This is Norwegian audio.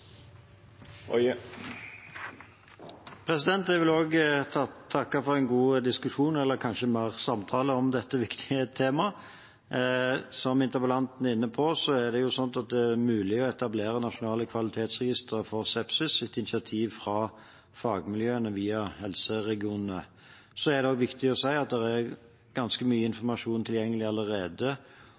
Jeg vil også takke for en god diskusjon, eller kanskje mer samtale, om dette viktige temaet. Som interpellanten er inne på, er det mulig å etablere nasjonale kvalitetsregister for sepsis, etter initiativ fra fagmiljøene via helseregionene. Så er det også viktig å si at det allerede er ganske mye informasjon tilgjengelig